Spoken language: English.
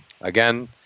again